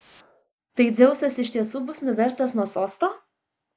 tai dzeusas iš tiesų bus nuverstas nuo sosto